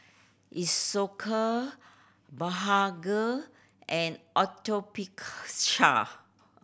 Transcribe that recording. Isocal Blephagel and Atopiclair